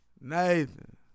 Nathan